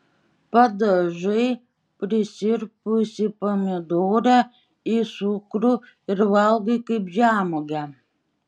padažai prisirpusį pomidorą į cukrų ir valgai kaip žemuogę